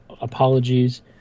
Apologies